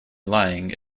lying